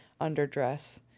underdress